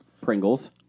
Pringles